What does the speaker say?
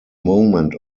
moment